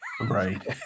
Right